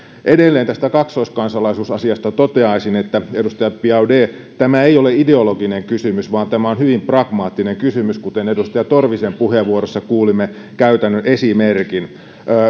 edelleen tästä kaksoiskansalaisuusasiasta toteaisin että edustaja biaudet tämä ei ole ideologinen kysymys vaan tämä on hyvin pragmaattinen kysymys kuten edustaja torvisen puheenvuorosta kuulimme käytännön esimerkin